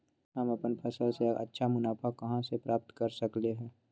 हम अपन फसल से अच्छा मुनाफा कहाँ से प्राप्त कर सकलियै ह?